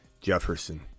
Jefferson